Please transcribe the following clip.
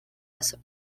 essa